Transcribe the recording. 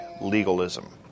Legalism